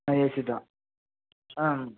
ஆ AC தான் ஆ